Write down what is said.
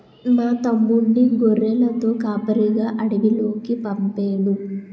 మా తమ్ముణ్ణి గొర్రెలతో కాపరిగా అడవిలోకి పంపేను